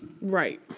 Right